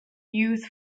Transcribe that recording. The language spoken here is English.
youth